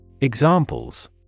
Examples